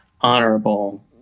honorable